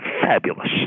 fabulous